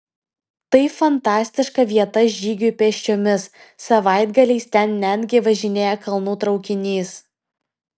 tai fantastiška vieta žygiui pėsčiomis savaitgaliais ten netgi važinėja kalnų traukinys